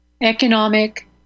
economic